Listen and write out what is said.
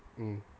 mm